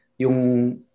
Yung